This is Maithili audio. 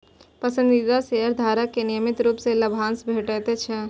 पसंदीदा शेयरधारक कें नियमित रूप सं लाभांश भेटैत छैक